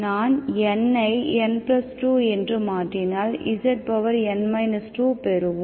நான் n ஐ n 2 என்று மாற்றினால் zn 2 பெறுவோம்